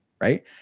Right